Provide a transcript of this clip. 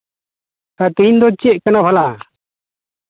ᱛᱮᱦᱤᱧ ᱫᱚ ᱪᱮᱫ ᱠᱟᱱᱟ ᱵᱷᱟᱞᱟ